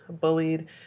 bullied